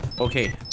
Okay